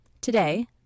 Today